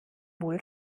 wohl